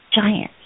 giants